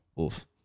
Oof